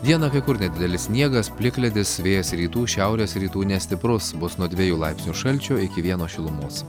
dieną kai kur nedidelis sniegas plikledis vėjas rytų šiaurės rytų nestiprus bus nuo dviejų laipsnių šalčio iki vieno šilumos